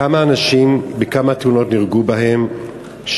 1. כמה אנשים נהרגו בהם ובכמה תאונות?